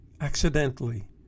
accidentally